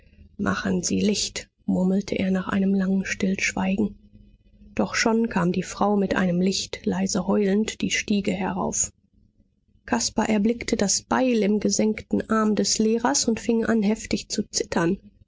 machen sie licht murmelte er nach einem langen stillschweigen doch schon kam die frau mit einem licht leise heulend die stiege herauf caspar erblickte das beil im gesenkten arm des lehrers und fing an heftig zu zittern